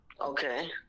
Okay